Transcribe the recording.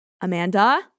amanda